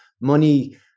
money